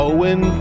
Owen